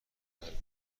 درب